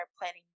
planning